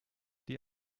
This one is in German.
die